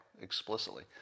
explicitly